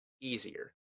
easier